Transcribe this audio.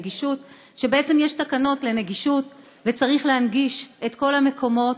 בעצם יש תקנות לנגישות וצריך להנגיש את כל המקומות,